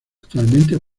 actualmente